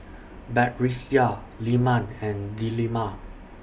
Batrisya Leman and Delima